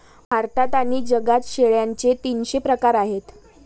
भारतात आणि जगात शेळ्यांचे तीनशे प्रकार आहेत